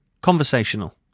Conversational